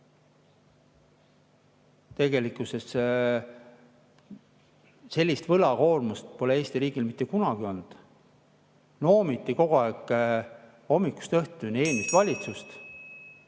Tegelikkuses sellist võlakoormust pole Eesti riigil mitte kunagi olnud. Noomiti kogu aeg hommikust õhtuni eelmist valitsust.